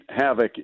havoc